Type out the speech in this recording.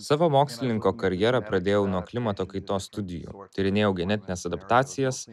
savo mokslininko karjerą pradėjau nuo klimato kaitos studijų tyrinėjau genetines adaptacijas